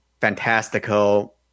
fantastical